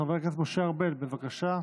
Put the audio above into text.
חבר הכנסת משה ארבל, בבקשה.